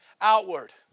outward